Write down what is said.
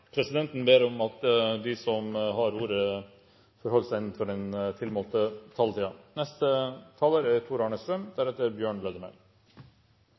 Presidenten ber om at de som har ordet, holder seg innenfor den tilmålte taletiden. Det er